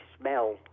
smell